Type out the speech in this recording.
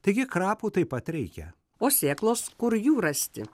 taigi krapų taip pat reikia o sėklos kur jų rasti